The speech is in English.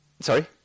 sorry